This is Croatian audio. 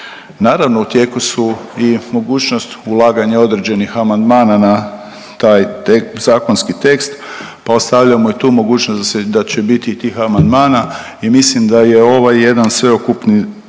Naravno u tijeku su i mogućnost ulaganja određenih amandmana na taj zakonski tekst, pa ostavljamo i tu mogućnost da će biti i tih amandmana. I mislim da je ovo jedan sveukupni